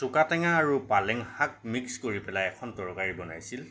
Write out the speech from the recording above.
চুকা টেঙা আৰু পালেং শাক মিক্স কৰি পেলাই এখন তৰকাৰী বনাইছিল